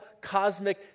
cosmic